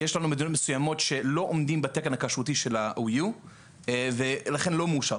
יש מדינות מסוימות שלא עומדים בתקן הכשרותי של ה-OU ולכן זה לא מאושר.